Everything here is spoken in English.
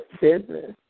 business